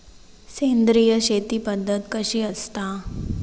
सेंद्रिय शेती पद्धत कशी असता?